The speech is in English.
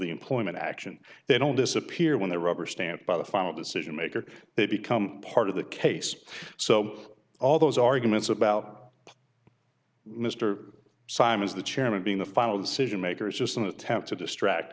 the employment action they don't disappear when the rubber stamped by the final decision maker they become part of the case so all those arguments about mr simon's the chairman being the final decision maker is just an attempt to distract